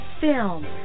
film